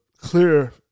clear